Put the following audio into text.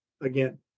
Again